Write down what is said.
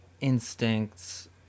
instincts